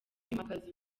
kwimakaza